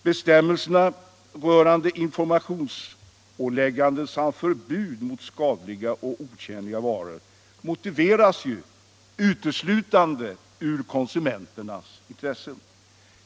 Bestämmelserna om informationsålägganden och förbud mot skadliga och otjänliga varor motiveras uteslutande av konsumentintresset.